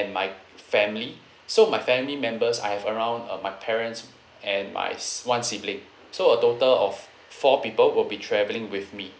and my family so my family members I have around uh my parents and my s~ one sibling so a total of four people will be travelling with me